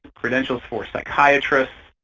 credentials for psychiatrists.